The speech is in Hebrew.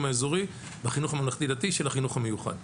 האזורי בחינוך הממלכתי-דתי של החינוך המיוחד.